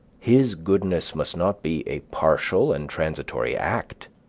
his goodness must not be a partial and transitory act,